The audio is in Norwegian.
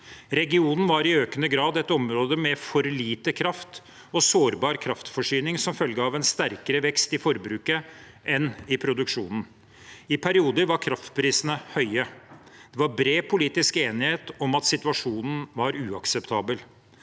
Regionen var i økende grad et område med for lite kraft og sårbar kraftforsyning som følge av en sterkere vekst i forbruket enn i produksjonen. I perioder var kraftprisene høye. Det var bred politisk enighet om at situasjonen var uakseptabel.